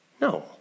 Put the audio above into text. No